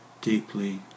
deeply